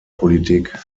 politik